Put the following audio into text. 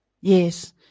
Yes